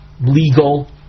legal